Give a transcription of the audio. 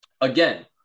again